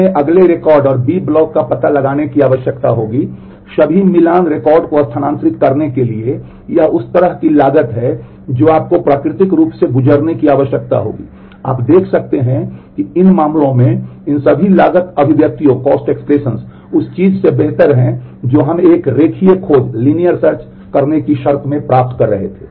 हमें अगले रिकॉर्ड और b ब्लॉक का पता लगाने की आवश्यकता होगी सभी मिलान रिकॉर्डों को स्थानांतरित करने के लिए यह उस तरह की लागत है जो आपको प्राकृतिक रूप से गुजरने की आवश्यकता होगी आप देख सकते हैं कि इन मामलों में इन सभी लागत अभिव्यक्तियाँ उस चीज़ से बेहतर हैं जो हम एक रेखीय खोज करने की शर्तें में प्राप्त कर रहे थे